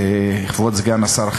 כשהקימו את המועצה הזאת.